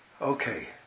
Okay